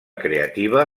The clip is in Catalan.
creativa